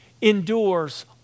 endures